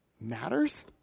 matters